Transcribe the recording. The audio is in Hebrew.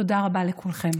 תודה רבה לכולכם.